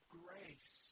grace